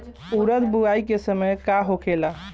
उरद बुआई के समय का होखेला?